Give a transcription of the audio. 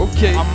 Okay